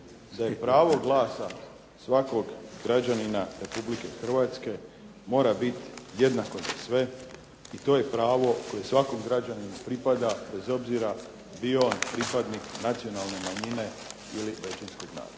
da je pravo glasa svakog građanina Republike Hrvatske mora biti jednako za sve i to je pravo koje svakom građaninu pripada bez obzira bio pripadnik nacionalne manjine ili većinskog naroda.